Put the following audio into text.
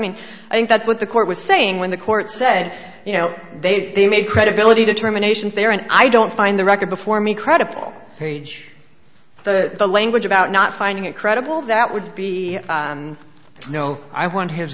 mean i think that's what the court was saying when the court said you know they made credibility determinations there and i don't find the record before me credible page the language about not finding it credible that would be no i want his